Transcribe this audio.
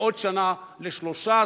בעוד שנה ל-13%,